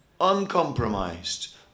uncompromised